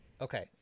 Okay